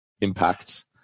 impact